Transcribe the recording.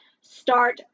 start